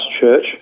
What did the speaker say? church